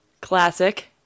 Classic